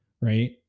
right